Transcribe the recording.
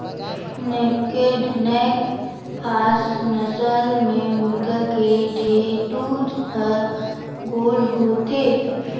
naked neck cross नसल के मुरगा के ढेंटू हर गोल होथे